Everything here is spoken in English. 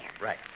Right